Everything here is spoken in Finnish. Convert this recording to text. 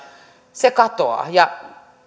katoaa